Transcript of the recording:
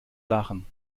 lachen